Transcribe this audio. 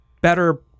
better